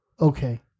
Okay